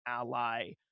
ally